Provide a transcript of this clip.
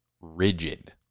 rigid